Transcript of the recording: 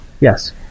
yes